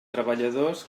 treballadors